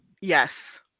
Yes